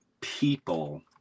people